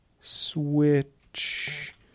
switch